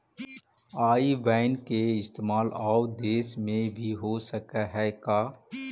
आई बैन के इस्तेमाल आउ देश में भी हो सकऽ हई का?